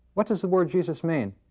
what does the word jesus mean?